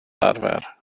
arfer